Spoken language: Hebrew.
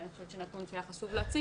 אני חושבת שהיה חשוב להציג,